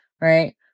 right